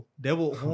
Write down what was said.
devil